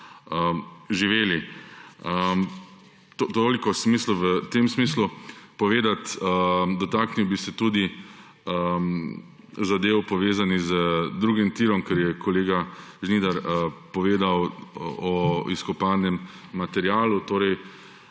mislil v tem smislu povedati. Dotaknil bi se tudi zadev povezanih z drugim tirom, kar je kolega Žnidar povedal o izkopanem materialu. Torej,